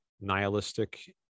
nihilistic